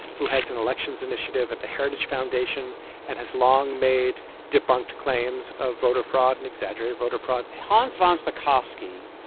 who heads an elections initiative at the heritage foundation and has long made debunked claims of voter fraud and exaggerated voter fraud hans von spakovsky,